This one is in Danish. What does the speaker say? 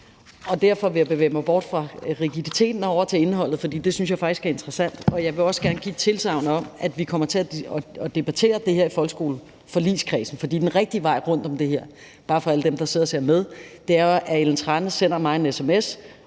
og derfor vil jeg bevæge mig bort fra rigiditeten og over til indholdet, for det synes jeg faktisk er interessant. Jeg vil også gerne give et tilsagn om, at vi kommer til at debattere det her i folkeskoleforligskredsen, for den rigtige vej rundt om det her, bare for alle dem, der sidder og ser med, er jo, at Ellen Trane Nørby sender mig en sms